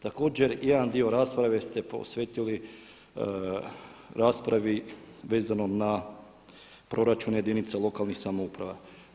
Također jedan dio rasprave ste posvetili raspravi vezano na proračune jedinica lokalnih samouprava.